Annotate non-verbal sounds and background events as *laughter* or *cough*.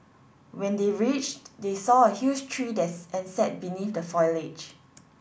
when they reached they saw a huge tree *unintelligible* and sat beneath the foliage